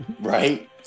Right